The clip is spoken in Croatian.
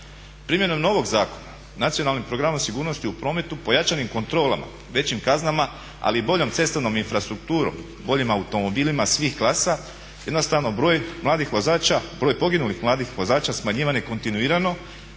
Primjenom novog zakona, Nacionalnim programom sigurnosti u prometu, pojačanim kontrolama, većim kaznama, ali i boljom cestovno infrastrukturom, boljim automobilima svih klasa jednostavno broj mladih vozača, broj poginulih mladih vozača smanjivan je kontinuirano.